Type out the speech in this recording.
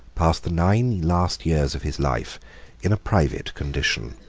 passed the nine last years of his life in a private condition.